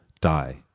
die